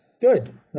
Good